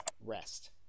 rest